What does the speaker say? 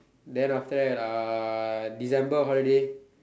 then after that uh December holiday